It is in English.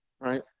right